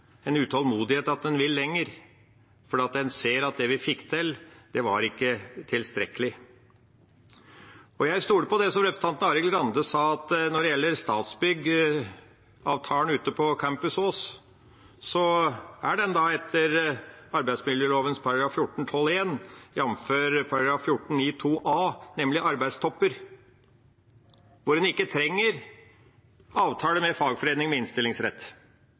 en utålmodighet i at en vil lenger. En ser at det vi fikk til, ikke var tilstrekkelig. Jeg stoler på det representanten Arild Grande sa, at når det gjelder Statsbygg-avtalen ute på Campus Ås, er den etter arbeidsmiljøloven § 14-12 , jf. , nemlig arbeidstopper, der en ikke trenger avtale med fagforening med innstillingsrett.